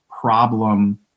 problem